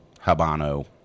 Habano